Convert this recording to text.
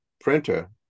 printer